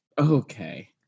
Okay